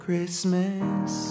Christmas